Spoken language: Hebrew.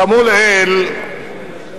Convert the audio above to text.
כאמור לעיל,